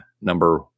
number